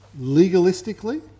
legalistically